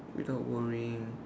without worrying